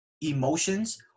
Emotions